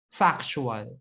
factual